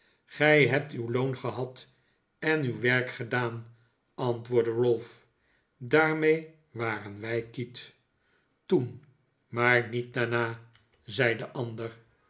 gij hebt uw loon gehad en uw werk gedaan antwoordde ralph daarmee waren wij quitte toen maar niet daarna zei de ander